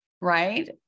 Right